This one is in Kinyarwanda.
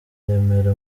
remera